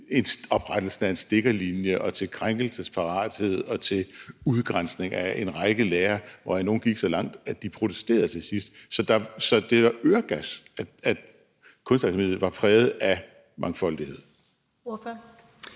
til oprettelsen af en stikkerlinje og til krænkelsesparathed og til udgrænsning af en række lærere, hvoraf nogle gik så langt, at de protesterede til sidst. Så det er øregas, at kunstakademiet var præget af mangfoldighed.